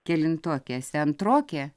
kelintokė esi antrokė